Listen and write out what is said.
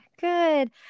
good